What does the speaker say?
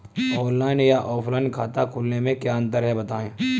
Online या offline खाता खोलने में क्या अंतर है बताएँ?